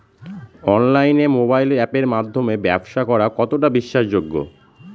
অনলাইনে মোবাইল আপের মাধ্যমে ব্যাবসা করা কতটা বিশ্বাসযোগ্য?